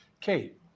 Kate